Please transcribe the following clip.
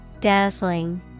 Dazzling